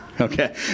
okay